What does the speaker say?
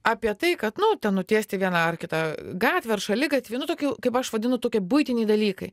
apie tai kad nu ten nutiesti vieną ar kitą gatvę ar šaligatvį nu tokių kaip aš vadinu tokie buitiniai dalykai